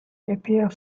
appear